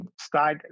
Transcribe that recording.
sky